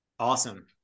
Awesome